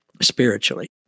spiritually